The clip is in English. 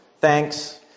Thanks